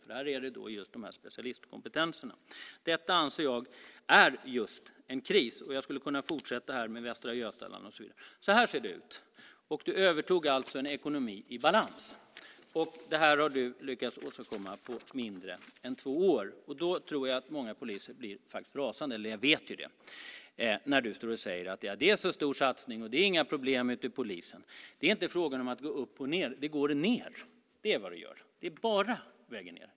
Det handlar om just specialkompetensen. Detta anser jag är just en kris, och jag skulle kunna fortsätta med Västra Götaland. Så här ser det ut. Du övertog alltså en ekonomi i balans. Det här har du lyckats åstadkomma på mindre än två år. Jag vet att många poliser blir rasande när du står och säger att det är en stor satsning och att det inte finns några problem hos polisen. Det är inte fråga om att gå upp och ned. Det går ned, det är vad det gör. Det är bara på väg ned.